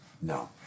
No